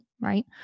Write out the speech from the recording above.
right